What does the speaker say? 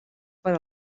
per